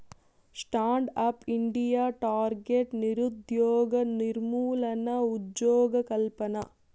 stand up India target నిరుద్యోగ నిర్మూలన, ఉజ్జోగకల్పన